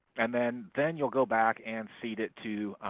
and then then you'll go back and seed it to